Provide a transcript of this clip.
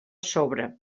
sobre